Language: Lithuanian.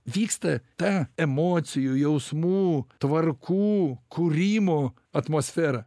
vyksta ta emocijų jausmų tvarkų kūrimo atmosfera